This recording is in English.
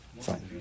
Fine